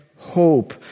Hope